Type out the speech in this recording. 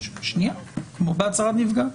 כמו בהצהרת נפגע.